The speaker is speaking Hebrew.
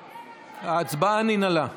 כן, להלן התוצאות: